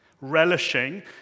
relishing